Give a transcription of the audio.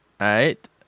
right